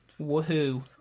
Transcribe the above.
Woohoo